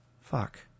Fuck